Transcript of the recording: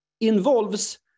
involves